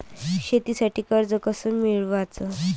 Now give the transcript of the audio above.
शेतीसाठी कर्ज कस मिळवाच?